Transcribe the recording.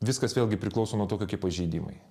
viskas vėlgi priklauso nuo to kokie pažeidimai